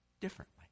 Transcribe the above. differently